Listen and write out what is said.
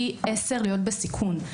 פי עשר להיות בסיכון,